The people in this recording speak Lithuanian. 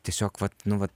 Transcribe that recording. tiesiog vat nu vat